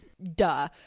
duh